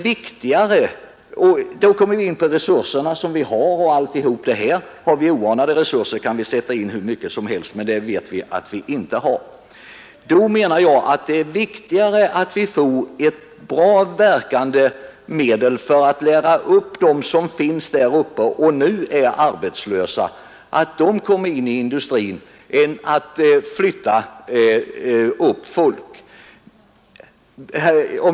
Här kommer vi in nå frågan om resurserna. Har vi obegränsade resurser kan vi sätta in hur mycket som helst, men det vet vi att vi inte har. Då menar jag att det är viktigare att vi får ett effektivt verkande medel för att lära upp dem som finns där uppe och nu är arbetslösa, så att de kan komma in i industrin, än att vi flyttar upp folk.